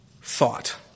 thought